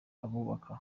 abubaka